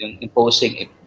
imposing